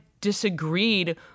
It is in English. disagreed